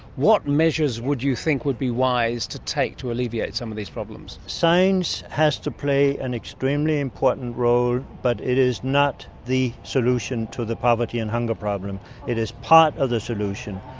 what measures would you think would be wise to take to alleviate some of these problems? science has to play an extremely important role but it is not the solution to the poverty and hunger problem it is part of the solution.